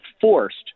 forced